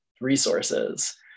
resources